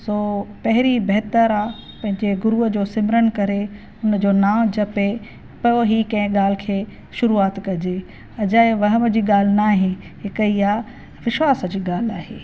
सो पहिरीं बहितरु आहे पंहिंजे गुरूअ जो सिमरन करे हुन जो नाम जपे पोइ ई कंहिं ॻाल्हि खे शुरूआति कजे अॼाए वाह वाह जी ॻाल्हि नाहे हिक ई आहे विश्वास जी ॻाल्हि आहे